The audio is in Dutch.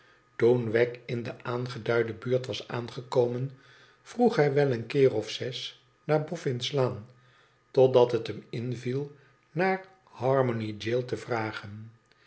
toen wegg in de aangeduide buurt was aangekomen vroeg hij wel een keer of zes naar boffin's laan totdat het hem inviel naar haraiony jail te vragen